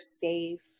safe